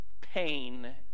pain